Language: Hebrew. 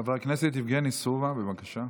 חבר הכנסת יבגני סובה, בבקשה.